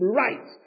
right